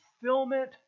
fulfillment